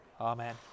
amen